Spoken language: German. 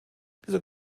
dieser